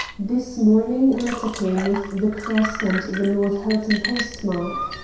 this morning a letter came with the crest and the northallerton postmark.